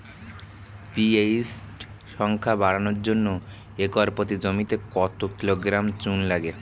PH সংখ্যা বাড়ানোর জন্য একর প্রতি জমিতে কত কিলোগ্রাম চুন লাগে?